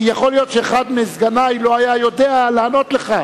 כי יכול להיות שאחד מסגני לא היה יודע לענות לך.